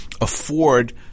afford